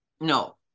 No